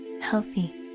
healthy